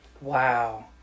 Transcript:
Wow